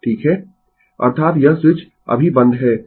Refer Slide Time 1921 अर्थात यह switch अभी बंद है